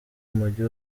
mujyi